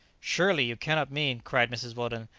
surely, you cannot mean, cried mrs weldon,